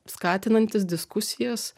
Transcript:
skatinantys diskusijas